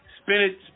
Spinach